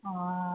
हँ